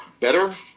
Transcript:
better